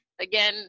Again